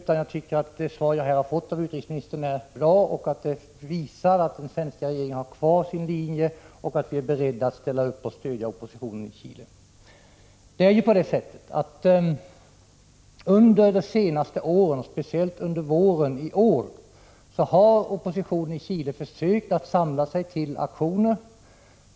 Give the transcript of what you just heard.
Jag tycker att det svar jag här har fått av utrikesministern är bra, att det visar att den svenska regeringen håller fast sin linje och att vi är beredda att ställa upp och stödja oppositionen i Chile. Under de senaste åren, speciellt under våren i år, har oppositionen i Chile försökt samla sig till aktioner.